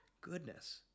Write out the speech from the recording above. Goodness